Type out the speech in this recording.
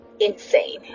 insane